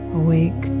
awake